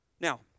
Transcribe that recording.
Now